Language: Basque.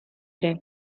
ere